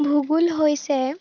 ভূগোল হৈছে